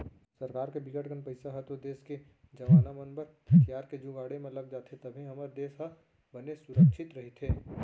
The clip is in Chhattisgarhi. सरकार के बिकट कन पइसा ह तो देस के जवाना मन बर हथियार के जुगाड़े म लग जाथे तभे हमर देस ह बने सुरक्छित रहिथे